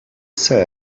they